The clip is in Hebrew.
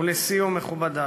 ולסיום, מכובדי,